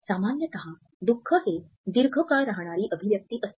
सामान्यत दुख हे दीर्घ काळ राहणारी चेहर्यावरील अभिव्यक्ति असते